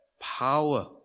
power